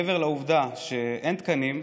מעבר לעובדה שאין תקנים,